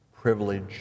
privilege